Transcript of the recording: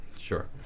sure